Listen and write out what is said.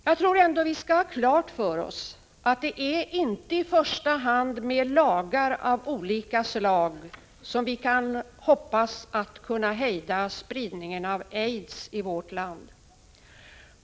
Jag tror att vi ändå skall ha klart för oss att det inte i första hand är med lagar av olika slag som vi kan hejda spridningen av aids i vårt land.